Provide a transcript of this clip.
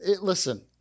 Listen